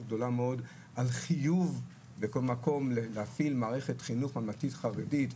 גדולה מאוד על חיוב להפעיל בכל מקום מערכת חינוך ממלכתית-חרדית.